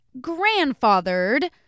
grandfathered